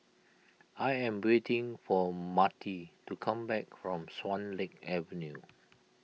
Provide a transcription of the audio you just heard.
I am waiting for Marty to come back from Swan Lake Avenue